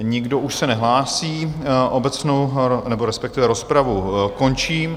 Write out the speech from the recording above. Nikdo už se nehlásí, obecnou, nebo respektive rozpravu končím.